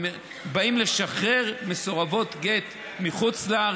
ובאים לשחרר מסורבות גט מחו"ל,